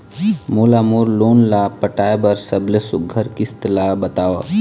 मोला मोर लोन ला पटाए बर सबले सुघ्घर किस्त ला बताव?